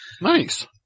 Nice